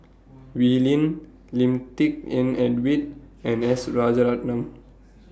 Wee Lin Lim Tik En David and S Rajaratnam